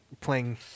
playing